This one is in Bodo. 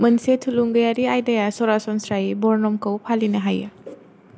मोनसे थुलुंगायारि आयदाया सरासनस्रायै बर्णमखौ फालिनो हायो